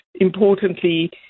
importantly